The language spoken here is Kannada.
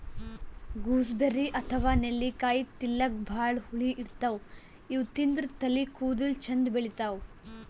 ಗೂಸ್ಬೆರ್ರಿ ಅಥವಾ ನೆಲ್ಲಿಕಾಯಿ ತಿಲ್ಲಕ್ ಭಾಳ್ ಹುಳಿ ಇರ್ತವ್ ಇವ್ ತಿಂದ್ರ್ ತಲಿ ಕೂದಲ ಚಂದ್ ಬೆಳಿತಾವ್